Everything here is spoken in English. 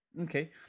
Okay